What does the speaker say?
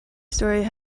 storey